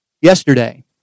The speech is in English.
yesterday